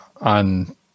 on